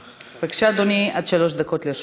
בבקשה, אדוני, עד שלוש דקות לרשותך.